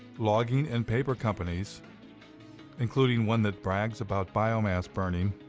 logging and paper companies including one that brags about biomass burning